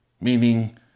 Meaning